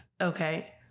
okay